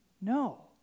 No